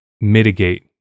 mitigate